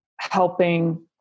helping